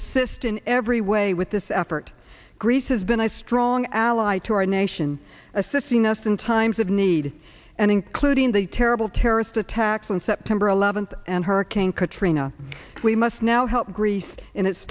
assist in every way with this effort greece has been a strong ally to our nation assisting us in times of need and including the terrible terrorist attacks on september eleventh and hurricane katrina we must now help greece in it